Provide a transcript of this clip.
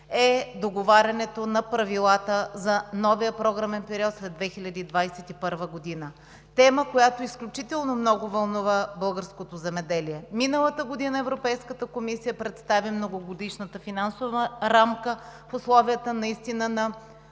е договарянето на правилата за новия програмен период след 2021 г. – тема, която изключително много вълнува българското земеделие. Миналата година Европейската комисия представи Многогодишната финансова рамка в условията наистина на